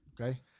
Okay